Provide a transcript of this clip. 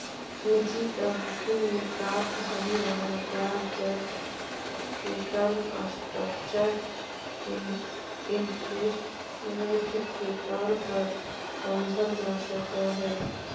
निश्चित अवधि में प्राप्त होवे वाला ब्याज दर के टर्म स्ट्रक्चर इंटरेस्ट रेट के तौर पर समझल जा सकऽ हई